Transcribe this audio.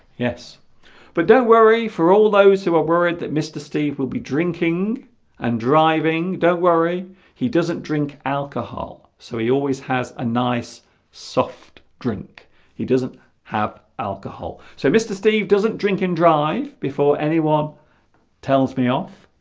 yes but don't worry for all those who are worried that mr. steve will be drinking and driving don't worry he doesn't drink alcohol so he always has a nice soft drink he doesn't have alcohol so mr. steve doesn't drink and drive before anyone tells me off